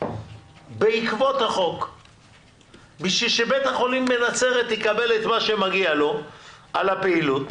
בשביל שבית החולים בנצרת יקבל את מה שמגיע לו על הפעילות,